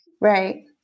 Right